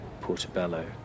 Portobello